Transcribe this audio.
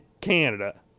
Canada